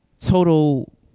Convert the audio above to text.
total